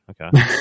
Okay